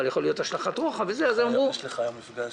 יכולה להיות השלכת רוחב --- יש לך היום מפגש,